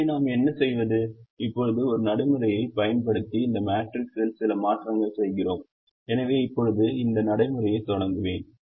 எனவே நாம் என்ன செய்வது இப்போது ஒரு நடைமுறையைப் பயன்படுத்தி இந்த மேட்ரிக்ஸில் சில மாற்றங்களைச் செய்கிறோம் எனவே இப்போது அந்த நடைமுறையைத் தொடங்குவேன்